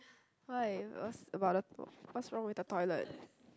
why what's about the what's wrong with the toilet